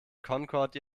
concorde